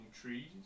trees